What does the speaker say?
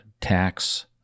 tax